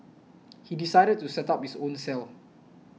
he decided to set up his own cell